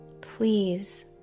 Please